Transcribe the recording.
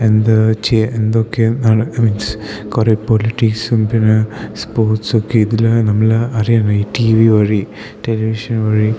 എന്താ ചെ എന്തൊക്കെ നട മീൻസ് കുറെ പോളിറ്റീസും പിന്നെ സ്പോർട്സൊക്കെ ഇതിൽ നമ്മൾ അറിയണേൽ ഈ ടി വി വഴി ടെലിവിഷൻ വഴി